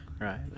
Right